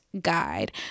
guide